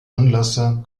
anlasser